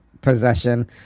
possession